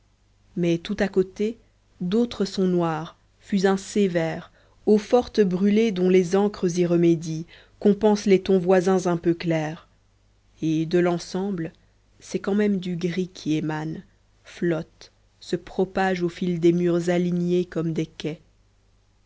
mais tout à côté d'autres sont noires fusains sévères eaux-fortes brûlées dont les encres y remédient compensent les tons voisins un peu clairs et de l'ensemble c'est quand même du gris qui émane flotte se propage au fil des murs alignés comme des quais